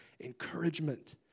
Encouragement